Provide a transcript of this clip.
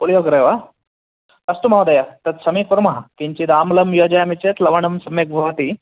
पोलियोगरे वा अस्तु महोदय तत् समीकुर्मः किञ्चित् आम्लं योजयामि चेत् लवणं सम्यक् भवति